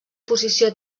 posició